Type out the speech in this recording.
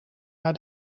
naar